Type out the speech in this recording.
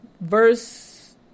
verse